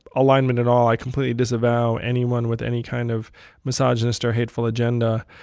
alignment at all. i completely disavow anyone with any kind of misogynist or hateful agenda.